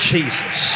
Jesus